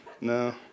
No